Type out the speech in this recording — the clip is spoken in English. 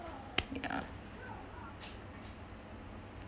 ya